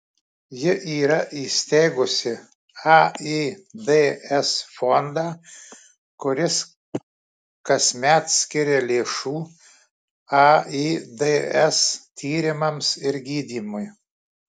ji yra įsteigusi aids fondą kuris kasmet skiria lėšų aids tyrimams ir gydymui